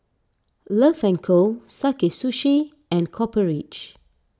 Love and Co Sakae Sushi and Copper Ridge